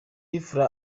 fla